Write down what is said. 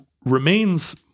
remains